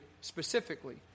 specifically